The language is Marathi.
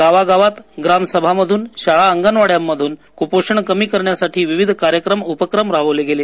गावागावातग्रामसभांमधून शाळाआगणवाङ्यांमधूनक्पोषणकमीकरण्यासाठीविविधकार्यक्रमउपक्रमराबविलेगेले